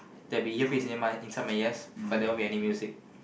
there will be ear piece in my inside my ears but there won't be any music